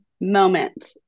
moment